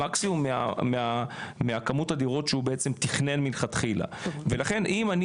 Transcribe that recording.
המקסימום מהכמות הדירות שהוא בעצם תכנן מלכתחילה ולכן אם אני